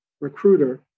recruiter